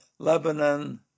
Lebanon